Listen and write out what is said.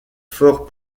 fort